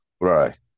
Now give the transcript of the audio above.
Right